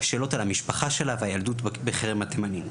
שאלות על המשפחה שלה ועל הילדות בכרם התימנים,